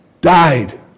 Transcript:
died